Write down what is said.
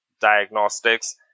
diagnostics